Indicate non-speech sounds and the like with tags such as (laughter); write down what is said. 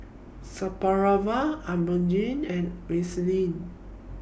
Supravit (unintelligible) and Vaselin